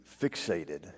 fixated